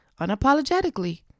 unapologetically